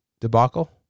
debacle